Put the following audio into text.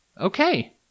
Okay